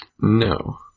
No